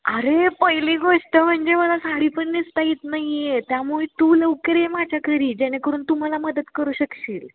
अरे पहिली गोष्ट म्हणजे मला साडी पण नेसता येत नाही आहे त्यामुळे तू लवकर ये माझ्या घरी जेणेकरून तू मला मदत करू शकशील